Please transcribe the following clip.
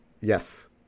yes